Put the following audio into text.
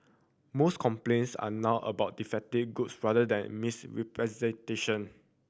most complaints are now about defective goods rather than misrepresentation